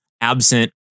absent